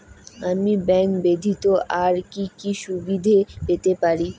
আমি ব্যাংক ব্যথিত আর কি কি সুবিধে পেতে পারি?